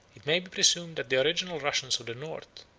it may be presumed that the original russians of the north,